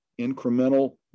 incremental